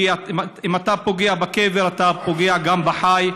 כי אם אתה פוגע בקבר אתה פוגע גם בחי.